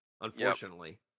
unfortunately